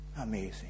amazing